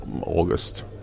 August